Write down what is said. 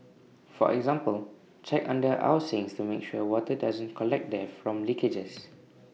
for example check under our sinks to make sure water doesn't collect there from leakages